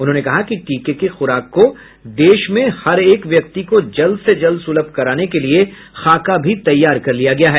उन्होंने कहा कि टीके की खुराक को देश में हर एक व्यक्ति को जल्द से जल्द सुलभ कराने के लिए खाका भी तैयार कर लिया गया है